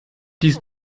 dies